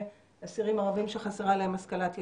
אסירים ערבים שחסרה להם השכלת יסוד.